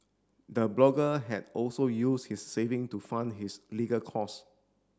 the blogger had also used his saving to fund his legal cost